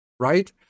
right